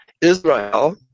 Israel